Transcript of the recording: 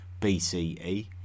BCE